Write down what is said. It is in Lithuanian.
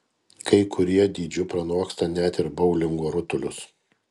kai kurie dydžiu pranoksta net ir boulingo rutulius